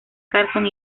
carson